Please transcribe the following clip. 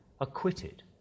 acquitted